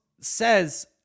says